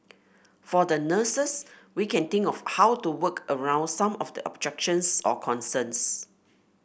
for the nurses we can think of how to work around some of the objections or concerns